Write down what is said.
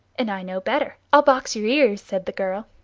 and i know better. i'll box your ears, said the girl.